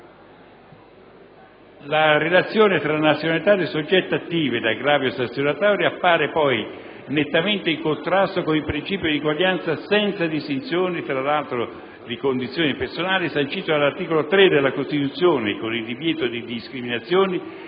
La relazione tra la nazionalità del soggetto attivo ed aggravio sanzionatorio pare poi nettamente in contrasto con il principio di eguaglianza «senza distinzioni», tra l'altro, di «condizioni personali», sancito dall'articolo 3 della Costituzione, e con il divieto di discriminazioni